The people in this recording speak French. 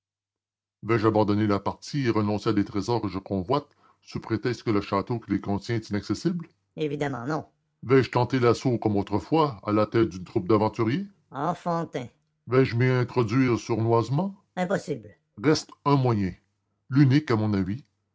vais-je abandonner la partie et renoncer à des trésors que je convoite sous prétexte que le château qui les contient est inaccessible évidemment non vais-je tenter l'assaut comme autrefois à la tête d'une troupe d'aventuriers enfantin vais-je m'y introduire sournoisement impossible reste un moyen l'unique à mon avis